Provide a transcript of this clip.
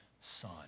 son